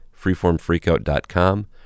freeformfreakout.com